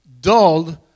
dulled